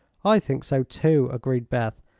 i think so, too, agreed beth.